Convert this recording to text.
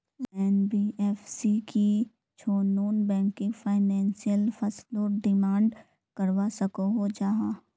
NBFC की छौ non banking financial फसलोत डिमांड करवा सकोहो जाहा?